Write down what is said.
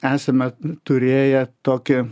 esame turėję tokį